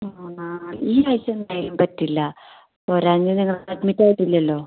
ആ നാളെ ഈ ആഴ്ച എന്തായാലും പറ്റില്ല പോരാഞ്ഞ് നിങ്ങൾ അഡ്മിറ്റ് ആയിട്ടില്ലല്ലോ